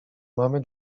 mamy